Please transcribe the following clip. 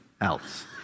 else